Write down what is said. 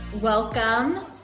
Welcome